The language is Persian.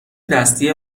دستی